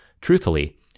Truthfully